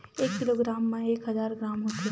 एक किलोग्राम मा एक हजार ग्राम होथे